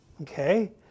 okay